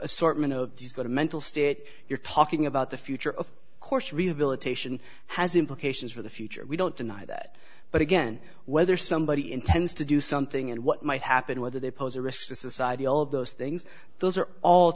assortment of you've got a mental state you're talking about the future of course rehabilitation has implications for the future we don't deny that but again whether somebody intends to do something and what might happen whether they pose a risk to society all of those things those are all